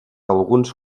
alguns